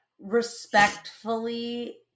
respectfully